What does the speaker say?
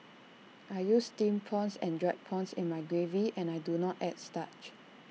I use Steamed prawns and Dried prawns in my gravy and I do not add starch